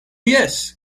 jes